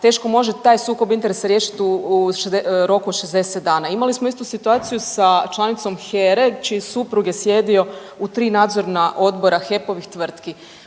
teško može taj sukob interesa riješiti u roku od 60 dana. Imali smo isto situaciju sa članicom HERA-e čiji suprug je sjedio u tri nadzorna odbora HEP-ovih tvrtki.